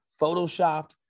photoshopped